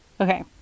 Okay